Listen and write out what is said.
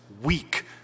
weak